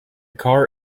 car